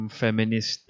feminist